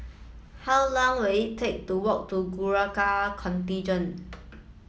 how long will it take to walk to Gurkha Contingent